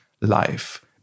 life